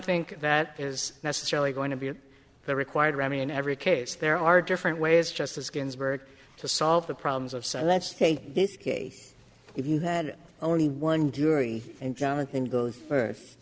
think that is necessarily going to be the required remedy in every case there are different ways justice ginsburg to solve the problems of say let's take this case if you had only one jury and jonathan goes first